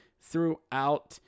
throughout